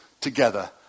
together